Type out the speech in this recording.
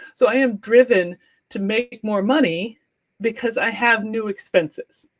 so i am driven to make more money because i have new expenses,